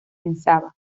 pensaba